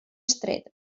estret